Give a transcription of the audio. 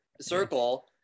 circle